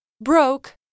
Broke